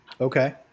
okay